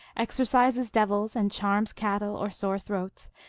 exorcises devils and charms cattle or sore throats,